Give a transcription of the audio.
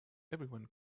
everyone